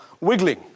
wiggling